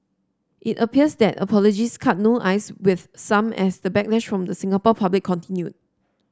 it appears that apologies cut no ice with some as the backlash from the Singapore public continued